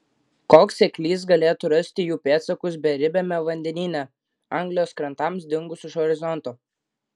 koks seklys galėtų rasti jų pėdsakus beribiame vandenyne anglijos krantams dingus už horizonto